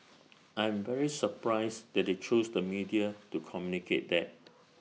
I'm very surprised that they choose the media to communicate that